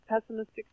pessimistic